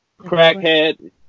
Crackhead